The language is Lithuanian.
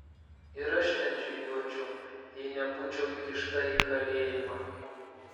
ir aš ten žygiuočiau jei nebūčiau įkišta į kalėjimą